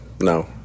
No